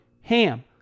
HAM